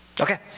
Okay